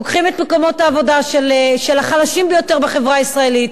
לוקחים את מקומות העבודה של החלשים ביותר בחברה הישראלית,